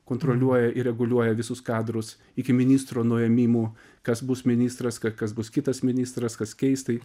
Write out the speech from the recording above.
kontroliuoja ir reguliuoja visus kadrus iki ministro nuėmimų kas bus ministras kas bus kitas ministras kas keis tai